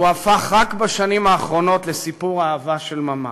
והוא הפך רק בשנים האחרונות לסיפור אהבה של ממש.